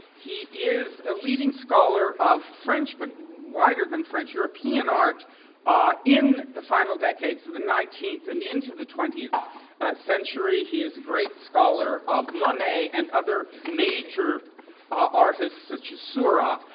he is a leading scholar of french but wider than french european art ah in the final decades of the nineteenth and into the twentieth century. he is a great scholar of monet and other major artists such as seurat.